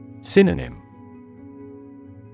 Synonym